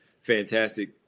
fantastic